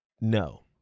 no